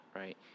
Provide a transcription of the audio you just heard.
right